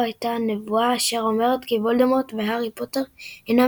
הייתה נבואה אשר אומרת כי וולדמורט והארי פוטר אינם